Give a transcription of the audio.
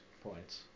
points